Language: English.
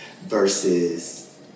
versus